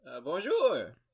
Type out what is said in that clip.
Bonjour